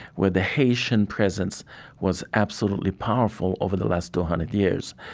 where the haitian presence was absolutely powerful over the last two hundred years.